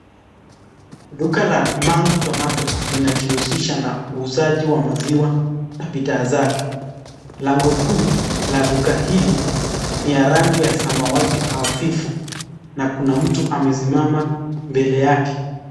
Duka la Mangu Tomato linajihusisha na uuzaji wa maziwa na bidhaa zake. Lango kuu la duka hili ni ya rangi ya samawati hafifu na kuna mtu amesimama mbele yake.